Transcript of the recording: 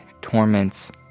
torments